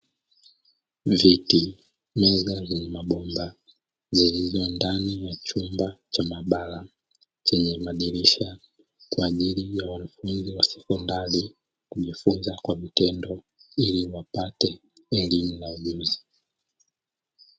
Viti, meza vyenye mabomba vilivyo ndani ya chumba cha maabara, chenye madirisha kwa ajili ya wanafunzi wa sekondari kujifunza kwa vitendo, ili wapate elimu na ujuzi.